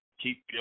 keep